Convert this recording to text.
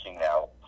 now